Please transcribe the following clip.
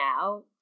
now